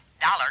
Dollar